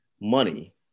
money